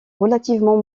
relativement